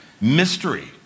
Mystery